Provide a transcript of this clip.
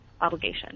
obligation